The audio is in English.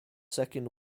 second